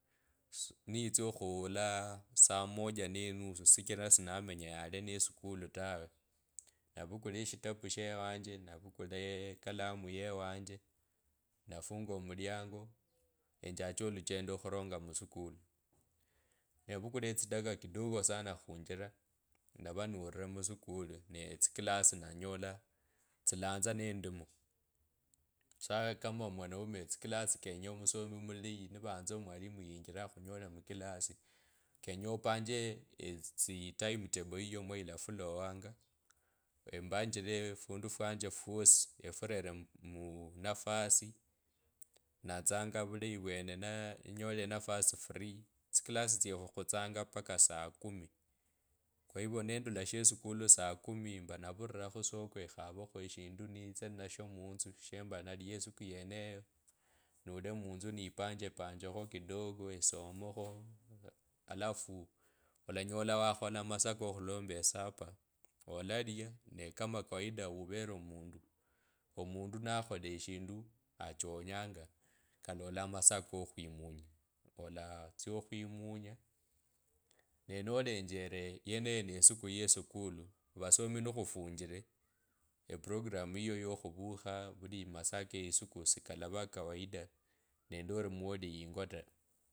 Sii niitsa okhula saa moja ne nusu shichira sinamenya yale nesukuli tawe navukula eshitabu shewanje. navukula ekalamu yewanje nafunga omuliango enjache oluchendo khuronga musukuli navukula etsidaka kidogo sana khunjira navanure muskulu nee tsikilasi nanyola tsilanza nendimo sasa kama omwaneume, tsikilasi kenye omusomi omulayi nivanza mwalimu yenjire akhunyole mukilasi kenye opanga etsitimetable yeuwo mwayolafulowanga embanjire ofundu fwanje fwosi, furere muu uu nafasi natsanga vulayi vyene nengola enafasi free tsikilasi tsyefu, khutsitsanga baka saa kumi kwahivyo nerula sherukulu saa kumi kwahivyo nerula sherukulu saa kumi emba navurira khusoko ekhavekho eshindu nitse ninesho munzu shemba nalia yisuku yeneyo nule munzu nipanjepanjekho kidogo esomokho alafu olanyola wakhola amosa kokhulomba esapa olalia ne kama kawaida uvele omundu. Omundu nakhola eshindu achonyanga kalola masaa ko khwimunya ola. aa tsya khwimunya ne nolengele yeneyo ne siku yeshesukula, vasoma nikhufunjile eprograma yiyo yokhurakha vuli masaa ke isuku sikalava kawaida nende ori mwali yingo ta